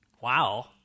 Wow